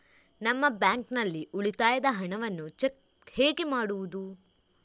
ನಮ್ಮ ಬ್ಯಾಂಕ್ ನಲ್ಲಿ ಉಳಿತಾಯದ ಹಣವನ್ನು ಚೆಕ್ ಹೇಗೆ ಮಾಡುವುದು?